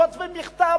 כותבים מכתב,